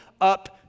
up